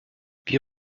wie